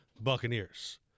Buccaneers